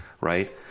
Right